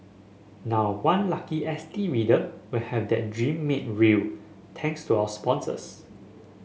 now one lucky S T reader will have that dream made real thanks to our sponsors